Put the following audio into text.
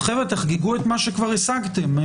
תחגגו את מה שכבר השגתם.